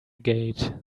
gate